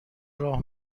راه